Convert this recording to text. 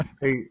Hey